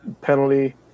penalty